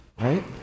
Right